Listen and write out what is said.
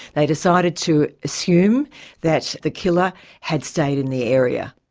they decided to assume that the killer had stayed in the area,